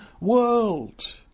world